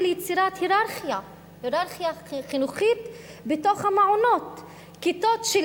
ליצירת הייררכיה חינוכית בתוך המעונות כיתות של